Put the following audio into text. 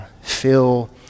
feel